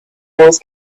wars